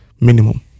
Minimum